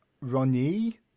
Ronnie